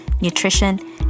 nutrition